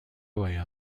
باید